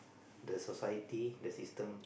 the society the system